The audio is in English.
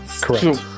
correct